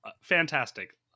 fantastic